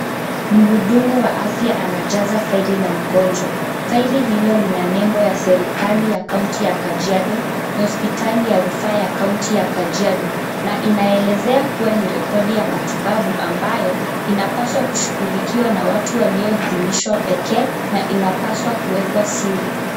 Mhudumu wa afya anajaza faili la mgonjwa. Faili hilo lina lebo ya hospitali ya serikali kaunta ya Kajiado, hospitali ya rufaa ya kaunti ya Kajiado. Na inaelezea kuwa ni rekodi ya matibabu ambayo inapaswa kushughulikiwa na watu waliohidhinishwa pekee na inapaswa kuwekwa siri.